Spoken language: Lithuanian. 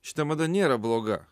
šita mada nėra bloga